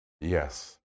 Yes